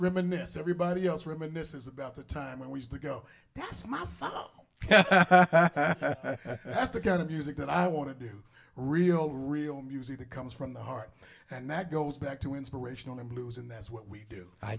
reminisce everybody else reminisces about the time when we used to go past my son yeah that's the kind of music that i want to do real real music that comes from the heart and that goes back to inspirational and blues and that's what we do i